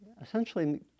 essentially